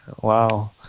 Wow